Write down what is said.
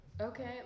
okay